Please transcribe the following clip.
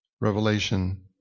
Revelation